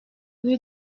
rue